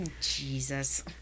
Jesus